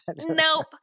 Nope